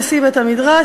נשיא בית-המדרש,